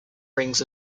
rings